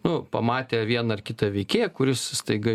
nu pamatė vieną ar kitą veikėją kuris staiga